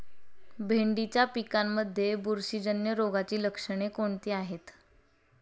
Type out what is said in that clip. भेंडीच्या पिकांमध्ये बुरशीजन्य रोगाची लक्षणे कोणती आहेत?